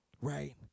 right